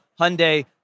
Hyundai